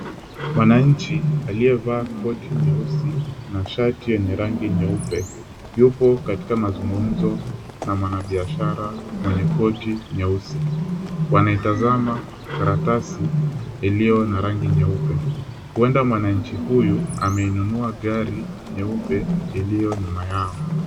Manainji aliyevaa koti nyeusi na shati yenye rangi nyeupe hupo katika mazungumzo na mwanabiashara mwenye koti nyeusi wanaitazama karatasi iliyo na rangi nyeupe uwenda mwanainji huyu ameinunua gari nyeupe iliyo nyuma yao